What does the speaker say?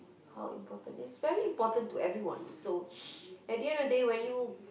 how important it's very important to everyone so at the end of the day when you